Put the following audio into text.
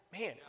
man